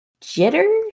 Jitter